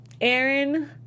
Aaron